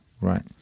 right